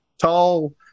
tall